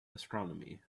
astronomy